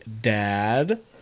Dad